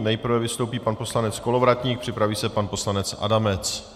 Nejprve vystoupí pan poslanec Kolovratník, připraví se pan poslanec Adamec.